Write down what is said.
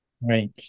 Right